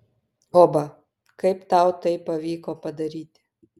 oba kaip tau tai pavyko padaryti